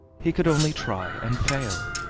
he could only try and fail.